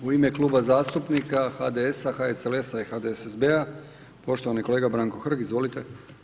U ime Kluba zastupnika HDS-a, HSLS-a i HDSSB-a, poštovani kolega Branko Hrg, izvolite.